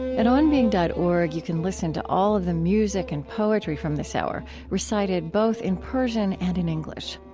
at onbeing dot org, you can listen to all of the music and poetry from this hour recited both in persian and in english.